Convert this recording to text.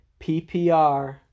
PPR